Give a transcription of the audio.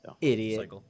idiot